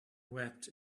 wept